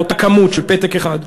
באותה כמות של פתק אחד.